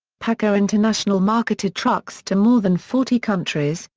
paccar international marketed trucks to more than forty countries,